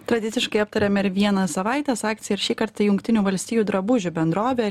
tradiciškai aptariam ir vieną savaitės akciją ir šįkart tai jungtinių valstijų drabužių bendrovė